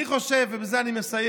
אני חושב, ובזה אני מסיים,